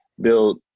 build